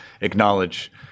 acknowledge